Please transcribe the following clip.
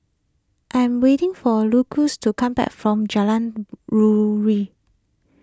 I am waiting for Lucio to come back from Jalan Ruri